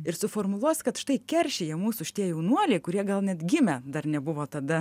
ir suformuluos kad štai keršija mūsų šitie jaunuoliai kurie gal net gimę dar nebuvo tada